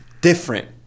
Different